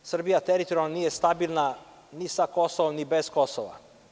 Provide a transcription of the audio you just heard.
Srbija teritorijalno nije stabilna ni sa Kosovom ni bez Kosova.